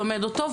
לומד אותו,